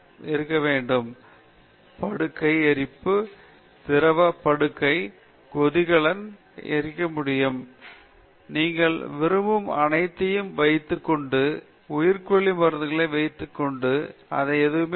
எனவே புதிய தொழில்நுட்ப கண்டுபிடிப்பு படுக்கை எரிப்பு திரவம் படுக்கை கொதிகலன் நீங்கள் எரிக்க முடியும் எங்கே மணல் செய்யப்பட்ட உயர்ந்த வெப்பம் கொண்ட ஒரு படுக்கை நீங்கள் வைத்திருந்தால் நீங்கள் விரும்பும் அனைத்தையும் வைத்துக் கொண்டு உயிர்க்கொல்லி மருந்துகளை வைத்துக் கொண்டு இது எதையுமே எரித்துவிடும் இது ஒரு புதிய தொழில்நுட்பமாகும்